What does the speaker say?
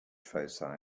foci